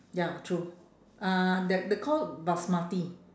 ya true uh they~ they're called basmati